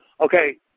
Okay